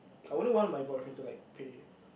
I wouldn't want my boyfriend to like pay